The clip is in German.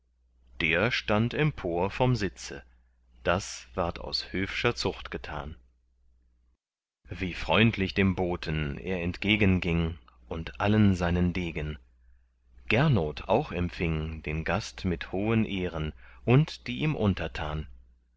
der stand empor vom sitze das ward aus höfscher zucht getan wie freundlich dem boten er entgegenging und allen seinen degen gernot auch empfing den gast mit hohen ehren und die ihm untertan